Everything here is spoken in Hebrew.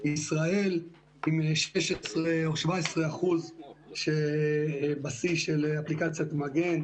ישראל עם 16 או 17% בשיא של אפליקציית מגן.